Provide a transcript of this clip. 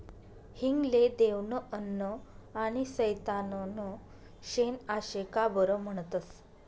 हिंग ले देवनं अन्न आनी सैताननं शेन आशे का बरं म्हनतंस?